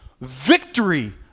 victory